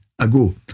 ago